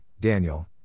Daniel